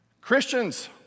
Christians